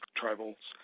tribals